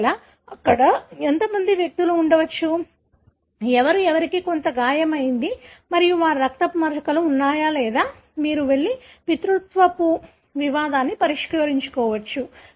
ఒకవేళ అక్కడ ఎంత మంది వ్యక్తులు ఉండవచ్చు ఎవరు ఎవరికి కొంత గాయం అయ్యింది మరియు వారి రక్తపు మచ్చలు ఉన్నాయా లేదా మీరు వెళ్లి పితృత్వ వివాదాన్ని పరిష్కరించవచ్చు